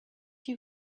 you